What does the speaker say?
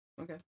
Okay